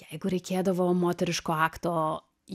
jeigu reikėdavo moteriško akto